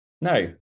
No